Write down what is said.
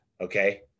okay